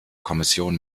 kommission